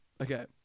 Okay